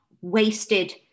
wasted